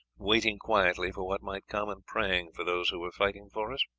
waiting quietly for what might come, and praying for those who were fighting for us.